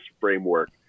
framework